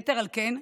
יתר על כן,